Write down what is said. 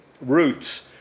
roots